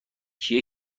کیه